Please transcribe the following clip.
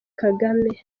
kagame